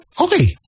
okay